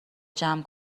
جمع